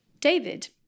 David